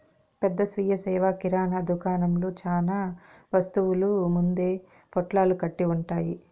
పెద్ద స్వీయ సేవ కిరణా దుకాణంలో చానా వస్తువులు ముందే పొట్లాలు కట్టి ఉంటాయి